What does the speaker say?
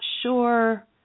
sure